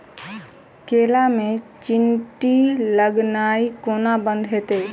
केला मे चींटी लगनाइ कोना बंद हेतइ?